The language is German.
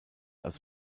als